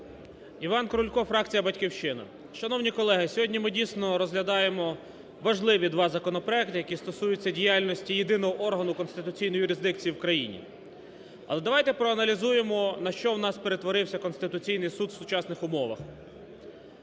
Іван Крулько, фракція "Батьківщина". Шановні колеги, сьогодні ми, дійсно, розглядаємо важливі два законопроекти, які стосуються діяльності єдиного органу конституційної юрисдикції в країні. Але давайте проаналізуємо, на що в нас перетворився Конституційний Суд в сучасних умовах.